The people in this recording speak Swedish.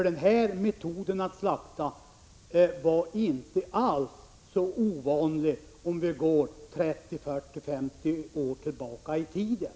Den här metoden att slakta var nämligen inte alls ovanlig för 40—50 år sedan.